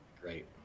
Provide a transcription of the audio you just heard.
great